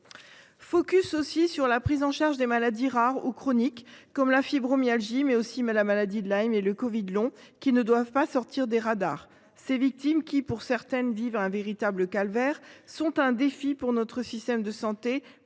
focus sur la prise en charge des maladies rares ou chroniques, comme la fibromyalgie, la maladie de Lyme et le covid long, qui ne doivent pas sortir des radars. Les victimes de ces pathologies, qui, pour certaines, vivent un véritable calvaire, sont un défi pour notre système de santé,